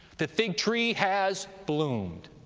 the fig tree has bloomed,